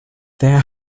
there